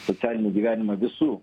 socialinį gyvenimą visų